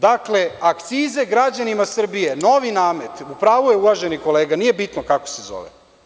Dakle, akcize građanima Srbije, novi namet, u pravu je uvaženi kolega, nije bitno kako se zove.